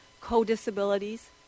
co-disabilities